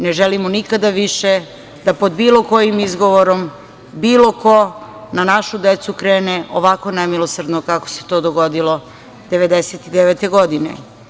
Ne želimo nikada više da pod bilo kojim izgovorom, bilo ko na našu decu krene ovako nemilosrdno kako se to dogodilo 1999. godine.